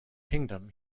kingdom